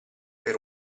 per